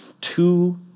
two